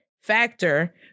Factor